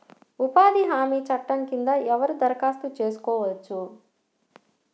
ఉపాధి హామీ చట్టం కింద ఎవరు దరఖాస్తు చేసుకోవచ్చు?